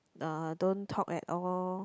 uh don't talk at all